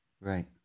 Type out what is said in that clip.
Right